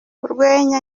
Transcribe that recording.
urwenya